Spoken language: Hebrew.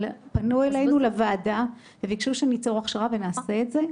אבל פנו אלינו לוועדה וביקשו שניצור הכשרה ונעשה את זה.